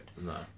No